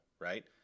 Right